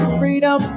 freedom